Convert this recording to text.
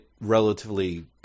relatively